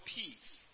peace